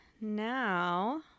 Now